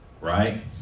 Right